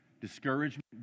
discouragement